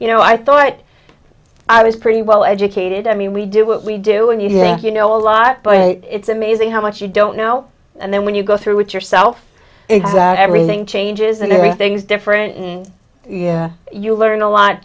you know i thought i was pretty well educated i mean we do what we do and you think you know a lot but it's amazing how much you don't now and then when you go through it yourself everything changes and everything's different and yeah you learn a lot